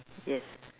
yes